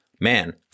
man